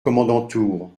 kommandantur